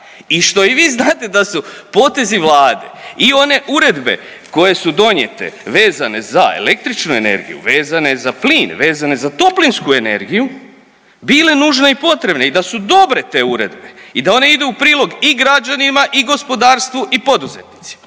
i što i vi znate da su potezi Vlade i one uredbe koje su donijete vezane za električnu energiju, vezane za plin, vezane za toplinsku energiju bile nužne i potrebne i da su dobre te uredbe i da one idu u prilog i građanima i gospodarstvu i poduzetnicima